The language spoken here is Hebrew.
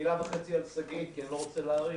מילה וחצי על שגית, כי אני לא רוצה להאריך: